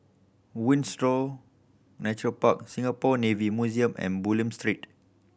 Windsor Nature Park Singapore Navy Museum and Bulim Street